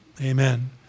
Amen